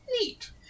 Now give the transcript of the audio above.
neat